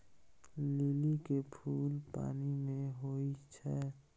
लिली के फुल पानि मे होई छै